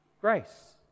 grace